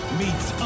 meets